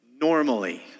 normally